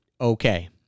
okay